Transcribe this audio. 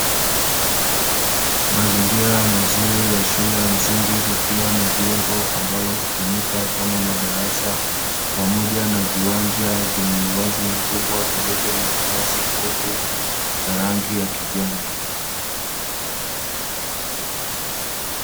Mazingira mazuri ya shule ya msingi kukiwa na jengo ambalo hutumika kama madarasa, pamoja na viwanja vyenye uwazi mkubwa vilivyo na nyasi fupi za rangi ya kijani.